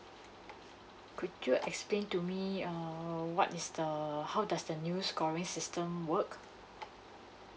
could you explain to me err what is the uh how does the new scoring system work